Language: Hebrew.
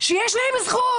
שיש להם זכות.